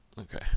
Okay